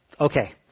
okay